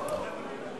כן.